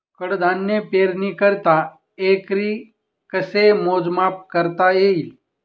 कडधान्य पेरणीकरिता एकरी कसे मोजमाप करता येईल?